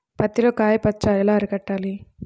పత్తిలో కాయ మచ్చ ఎలా అరికట్టాలి?